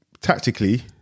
tactically